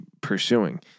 pursuing